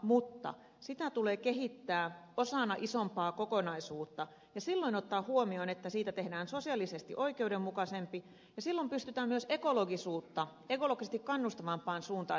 mutta sitä tulee kehittää osana isompaa kokonaisuutta ja silloin ottaa huomioon että siitä tehdään sosiaalisesti oikeudenmukaisempi ja silloin pystytään kehittämään sitä samalla myös ekologisesti kannustavampaan suuntaan